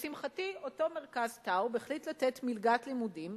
לשמחתי, אותו מרכז טאוב החליט לתת מלגת לימודים